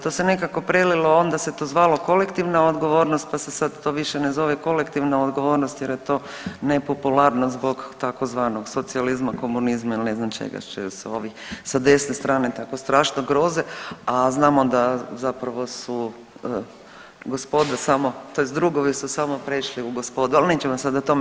To se nekako prelilo, onda se to zvalo kolektivna odgovornost pa se sad to više ne zove kolektivna odgovornost jer je to nepopularno zbog tzv. socijalizma, komunizma ili ne znam čega s ovi, sa desne strane tako strašno groze, a znamo da zapravo su gospoda samo tj. drugovi su samo prešli u gospodu, ali nećemo sada o tome.